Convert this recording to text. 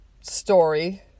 story